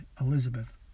Elizabeth